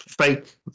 fake